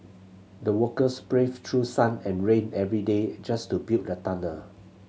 the workers braved through sun and rain every day just to build the tunnel